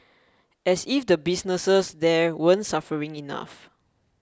as if the businesses there weren't suffering enough